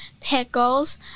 pickles